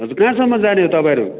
हजुर कहाँसम्म जाने हो तपाईँहरू